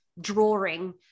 drawing